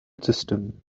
system